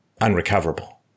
unrecoverable